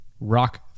Rock